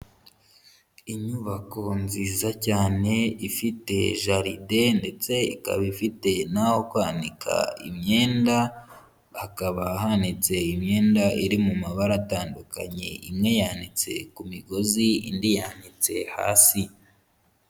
Inyubako nziza cyane ifite jaride ndetse ikaba ifite n'aho kwanika imyenda, hakaba hanitse imyenda iri mu mabara atandukanye, imwe yanitse ku migozi indi yanitse hasi.